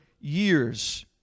years